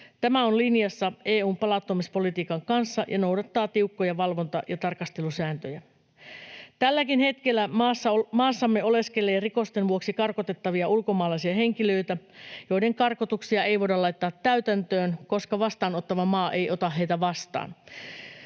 Tämä on linjassa EU:n palauttamispolitiikan kanssa ja noudattaa tiukkoja valvonta- ja tarkastelusääntöjä. Tälläkin hetkellä maassamme oleskelee rikosten vuoksi karkotettavia ulkomaalaisia henkilöitä, joiden karkotuksia ei voida laittaa täytäntöön, koska vastaanottava maa ei ota heitä vastaan.